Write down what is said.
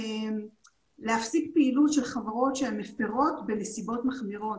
להפסיק פעילות של חברות שהן מפרות בנסיבות מחמירות.